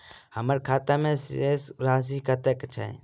हम्मर खाता मे शेष राशि कतेक छैय?